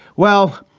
well,